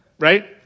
Right